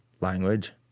language